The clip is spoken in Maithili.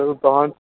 चलु तहन